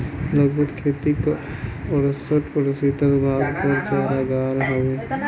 लगभग खेती क अड़सठ प्रतिशत भाग पर चारागाह हउवे